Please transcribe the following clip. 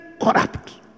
corrupt